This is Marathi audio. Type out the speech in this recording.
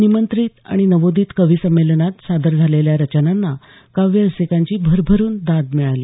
निमंत्रित आणि नवोदित कवीसंमेलनात सादर झालेल्या रचनांना काव्यरसिकांची भरभरुन दाद मिळाली